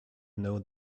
know